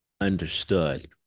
Understood